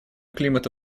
климата